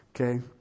Okay